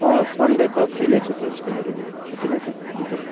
अँ सन्डे त फ्री नै छु त स्कुलहरू पनि छुट्टी नै छ हुन्छ